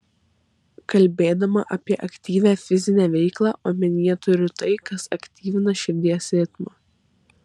kalbėdama apie aktyvią fizinę veiklą omenyje turiu tai kas aktyvina širdies ritmą